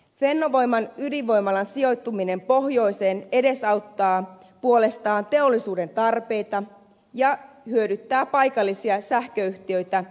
fennovoiman ydinvoimalan sijoittuminen pohjoiseen edesauttaa puolestaan teollisuuden tarpeita ja hyödyttää paikallisia sähköyhtiöitä kylläkin koko maassa